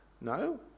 No